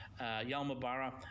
Yalmabara